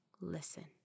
listen